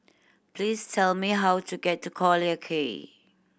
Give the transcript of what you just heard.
please tell me how to get to Collyer Quay